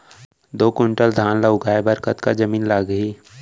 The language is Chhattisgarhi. दो क्विंटल धान ला उगाए बर कतका जमीन लागही?